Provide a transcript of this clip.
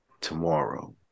tomorrow